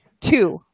Two